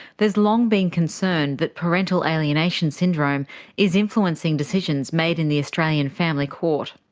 there's long been concern that parental alienation syndrome is influencing decisions made in the australian family court.